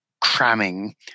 cramming